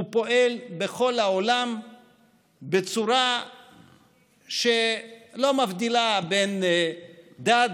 הוא פועל בכל העולם בצורה שלא מבדילה בין דת,